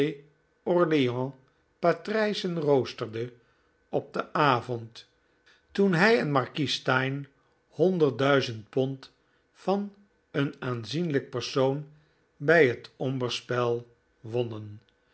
patrijzen roosterde op den avond toen hij en markies steyne honderd duizend pond van een aanzienlijk persoon bij het omberspel wonnen